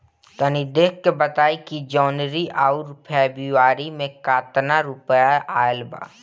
तनी देख के बताई कि जौनरी आउर फेबुयारी में कातना रुपिया आएल बा?